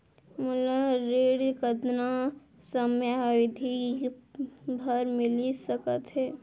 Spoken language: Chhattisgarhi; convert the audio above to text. मोला ऋण कतना समयावधि भर मिलिस सकत हे?